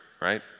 right